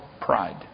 pride